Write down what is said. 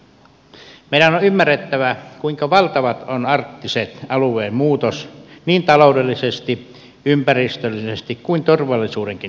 meidän on ymmärrettävä kuinka valtava on arktisen alueen muutos niin taloudellisesti ympäristöllisesti kuin turvallisuudenkin kannalta